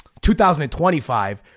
2025